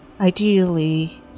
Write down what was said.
ideally